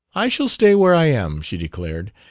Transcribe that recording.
i shall stay where i am, she declared.